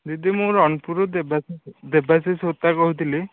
ଦିଦି ମୁଁ ରଣପୁର ରୁ ଦେବାଶିଷ ଦେବାଶିଷ ହୋତା କହୁଥିଲି